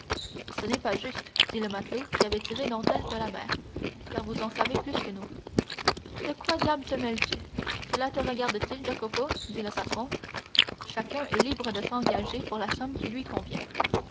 ce n'est pas juste dit le matelot qui avait tiré dantès de la mer car vous en savez plus que nous de quoi diable te mêles-tu cela te regarde-t-il jacopo dit le patron chacun est libre de s'engager pour la somme qui lui convient